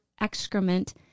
excrement